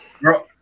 Bro